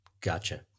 Gotcha